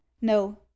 no